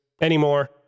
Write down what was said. anymore